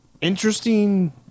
interesting